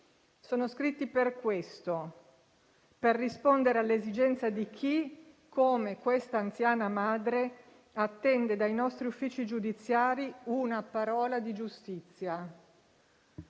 sono scritti per questo - per rispondere all'esigenza di chi, come questa anziana madre, attende dai nostri uffici giudiziari "una parola di giustizia"